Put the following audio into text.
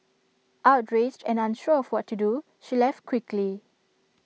outraged and unsure of what to do she left quickly